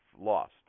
lost